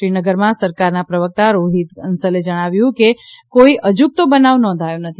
શ્રીનગરમાં સરકારના પ્રવક્તા રોહિત કંસલે જણાવ્યું કે કોઇ અજુગતો બનાવ નોંધાયો નથી